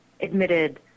admitted